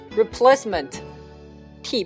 replacement